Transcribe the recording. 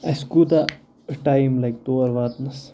اَسہِ کوٗتاہ ٹایِم لَگہِ تور واتنَس